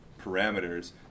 parameters